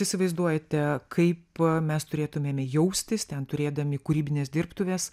įsivaizduojate kaip mes turėtumėme jaustis ten turėdami kūrybines dirbtuves